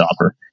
offer